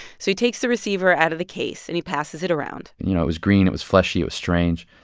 so he takes the receiver out of the case, and he passes it around you know, it was green. it was fleshy. it was strange.